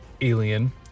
alien